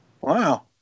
Wow